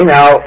Now